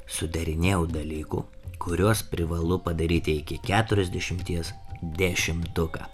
sudarinėjau dalykų kuriuos privalu padaryti iki keturiasdešimties dešimtuką